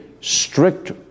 strict